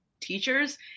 teachers